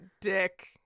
Dick